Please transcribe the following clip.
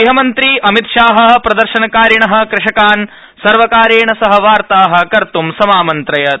ग़हमन्त्री अमितशाहः प्रदर्शनकारिणः कृषकान् सर्वकारेण सह वार्ताः कर्तः समामन्त्रयत्